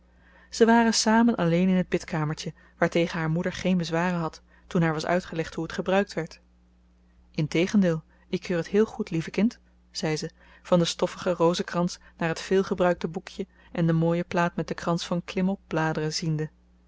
ze waren samen alleen in het bidkamertje waartegen haar moeder geen bezwaren had toen haar was uitgelegd hoe het gebruikt werd integendeel ik keur het heel goed lieve kind zei ze van den stoffigen rozenkrans naar het veelgebruikte boekje en de mooie plaat met den krans van klimopbladeren ziende